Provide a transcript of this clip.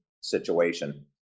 situation